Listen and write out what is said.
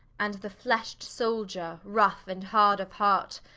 and the flesh'd souldier, rough and hard of heart,